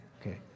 okay